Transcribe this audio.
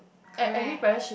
correct